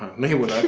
me with